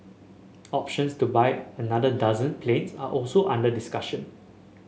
options to buy another dozen planes are also under discussion